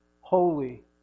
holy